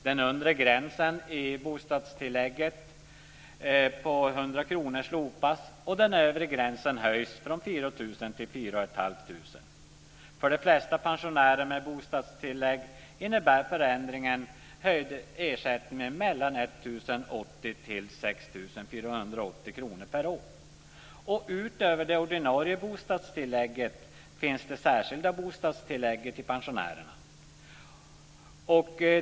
Den undre gränsen på 100 kr i bostadstillägget slopas och den övre gränsen höjs från Utöver det ordinarie bostadstillägget finns det särskilda bostadstillägget till pensionärerna.